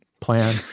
plan